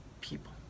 people